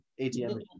ATM